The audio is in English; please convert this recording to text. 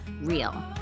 real